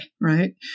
right